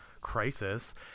crisis